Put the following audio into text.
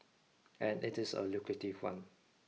and it is a lucrative one